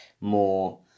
more